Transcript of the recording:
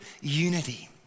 unity